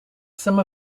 some